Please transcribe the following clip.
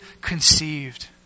conceived